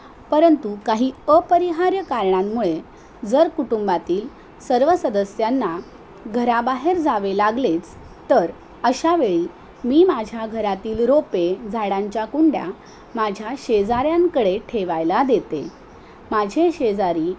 परंतु काही अपरिहार्य कारणांमुळे जर कुटुंबातील सर्व सदस्यांना घराबाहेर जावे लागलेच तर अशावेळी मी माझ्या घरातील रोपे झाडांच्या कुंड्या माझ्या शेजाऱ्यांकडे ठेवायला देते माझे शेजारी